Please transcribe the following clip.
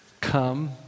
Come